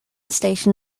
station